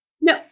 No